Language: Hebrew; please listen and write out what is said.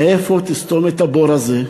מאיפה תסתום את הבור הזה?